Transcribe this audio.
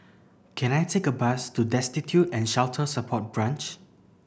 can I take a bus to Destitute and Shelter Support Branch